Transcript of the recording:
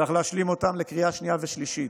צריך להשלים אותן לקריאה שנייה ושלישית,